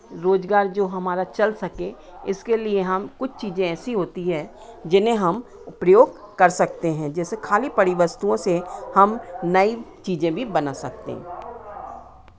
रोज़गार जो हमारा चल सके इसके लिए हम कुछ चीज़ें ऐसी होती हैं जिन्हें हम प्रयोग कर सकते हैं जैसे खाली पड़ी वस्तुओं से हम नई चीज़ें भी बना सकते हैं